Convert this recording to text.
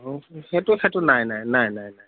অঁ সেইটো সেইটো নাই নাই নাই নাই নাই